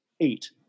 eight